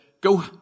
go